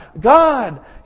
God